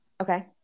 Okay